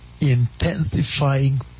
intensifying